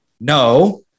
No